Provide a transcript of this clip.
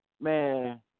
man